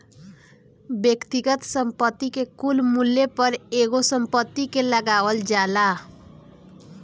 व्यक्तिगत संपत्ति के कुल मूल्य पर एगो संपत्ति के लगावल जाला